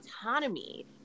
autonomy